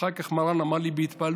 אחר כך מרן אמר לי בהתפעלות: